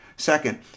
Second